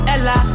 Ella